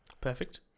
Perfect